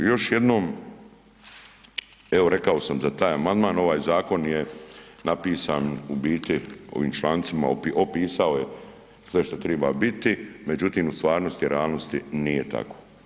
Još jednom evo rekao sam za taj amandman, ovaj zakon je napisan u biti, ovim člancima opisao je sve što treba biti, međutim u stvarnosti i realnosti nije tako.